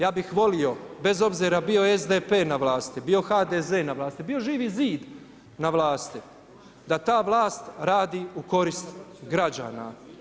Ja bih volio bez obzira bio SDP-e na vlasti, bio HDZ-e na vlasti, bio Živi zid na vlasti da ta vlast radi u korist građana.